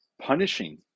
punishing